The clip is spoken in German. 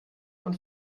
von